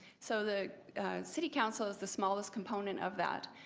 so the city council is the smallest component of that.